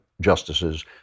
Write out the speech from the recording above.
justices